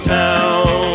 town